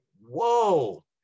Whoa